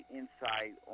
insight